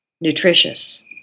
nutritious